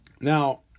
Now